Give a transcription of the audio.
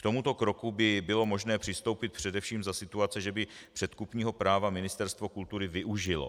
K tomuto kroku by bylo možné přistoupit především za situace, že by předkupního práva Ministerstvo kultury využilo.